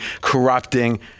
corrupting